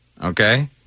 okay